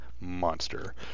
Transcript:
Monster